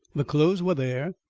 the clothes were there,